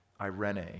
irene